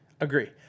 Agree